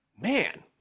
Man